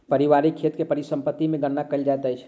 पारिवारिक खेत के परिसम्पत्ति मे गणना कयल जाइत अछि